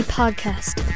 podcast